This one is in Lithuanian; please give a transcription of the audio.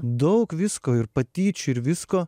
daug visko ir patyčių ir visko